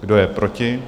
Kdo je proti?